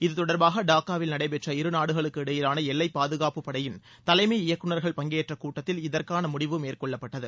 இத்தொடர்பாக டாக்காவில் நடைபெற்ற இருநாடுகளுக்கு இடையிலான எல்லை பாதுகாப்புப்படையின் தலைமை இயக்குனர்கள் பங்கேற்ற கூட்டத்தில் இதற்கான முடிவு மேற்கொள்ளப்பட்டது